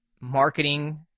marketing